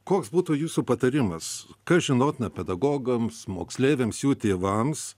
koks būtų jūsų patarimas kas žinotina pedagogams moksleiviams jų tėvams